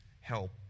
help